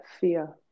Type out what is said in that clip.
fear